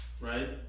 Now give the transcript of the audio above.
right